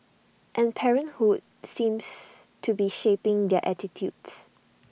and parenthood seems to be shaping their attitudes